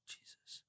Jesus